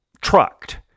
trucked